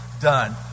done